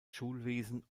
schulwesen